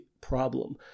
problem